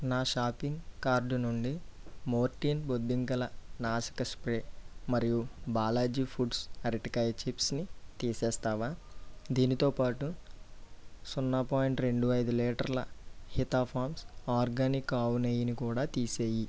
నా shopping cart నుండి Mortein బొద్దింకల నాశక స్ప్రే మరియు బాలాజీ ఫుడ్స్ అరటికాయ చిప్స్ని తీసేస్తావా దీనితోబాటు సున్నా పాయింట్ రెండు ఐదు లీటర్ల హితా ఫామ్స్ ఆర్గానిక్ ఆవునెయ్యిని కూడా తీసేయి